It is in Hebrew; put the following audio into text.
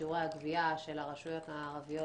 שיעורי הגבייה של הארנונה של הרשויות הערביות